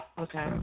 Okay